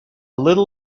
little